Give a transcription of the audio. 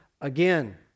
again